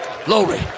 Glory